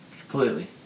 completely